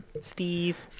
Steve